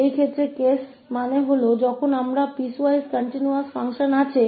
इस मामले में उस मामले का मतलब है जब हमारे पास piecewise continuous फंक्शन होता है